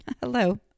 hello